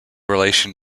relation